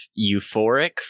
euphoric